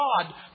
God